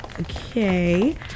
okay